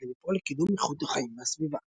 כדי לפעול לקידום איכות החיים והסביבה.